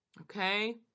Okay